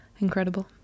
incredible